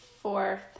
fourth